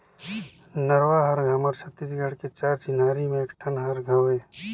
नरूवा हर हमर छत्तीसगढ़ के चार चिन्हारी में एक ठन हर हवे